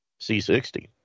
c60